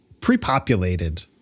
pre-populated